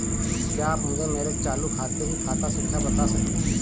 क्या आप मुझे मेरे चालू खाते की खाता संख्या बता सकते हैं?